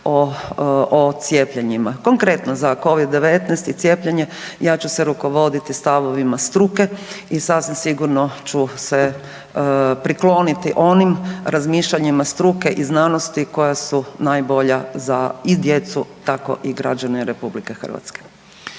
o cijepljenjima. Konkretno za Covid-19 i cijepljenje ja ću se rukovoditi stavovima struke i sasvim sigurno ću se prikloniti onim razmišljanjima struke i znanosti koja su najbolja za i djecu, tako i građane Republike Hrvatske.